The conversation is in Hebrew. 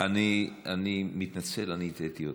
אני מתנצל, אני הטעיתי אותך.